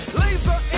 laser